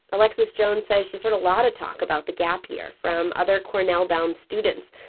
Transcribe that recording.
alexis jones says she's heard a lot of talk about the gap year from other cornell-bound students.